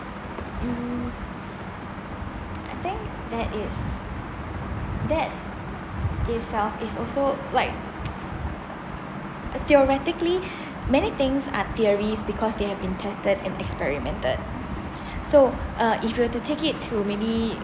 mm I think that is that itself is also like theoretically many things are theories because they have been tested and experimented so uh if you were to take it to maybe